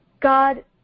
God